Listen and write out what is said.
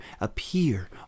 appear